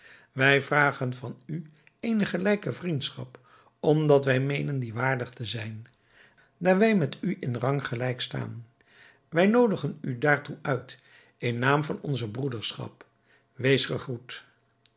wij vragen van u eene gelijke vriendschap omdat wij meenen die waardig te zijn daar wij met u in rang gelijk staan wij noodigen u daartoe uit in naam van onze broederschap wees gegroet